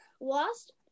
Lost